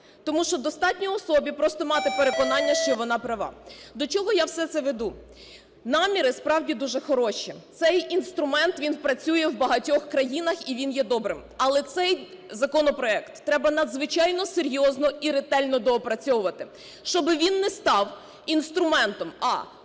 Тому що достатньо особі просто мати переконання, що вона права. До чого я все це веду? Наміри, справді, дуже хороші. Цей інструмент, він працює в багатьох країнах і він є добрим. Але цей законопроект треба надзвичайно серйозно і ретельно доопрацьовувати. Щоби він не став інструментом: